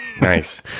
nice